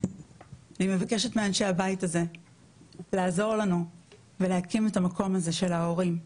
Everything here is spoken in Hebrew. אני מבקשת מאנשי הבית הזה לעזור לנו ולהקים את המקום הזה של ההורים,